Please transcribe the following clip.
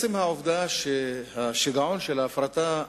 על שיגעון ההפרטה,